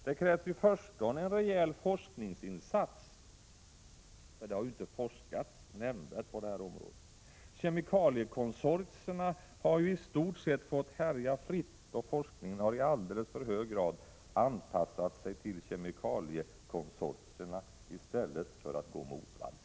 Det krävs i förstone en rejäl forskningsinsats — det har ju inte forskats nämnvärt på det här området. Kemikaliekonsortierna har i stort sett fått härja fritt, och forskningen har i alltför hög grad anpassats till kemikaliekonsortierna i stället för att gå motvalls.